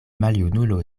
maljunulo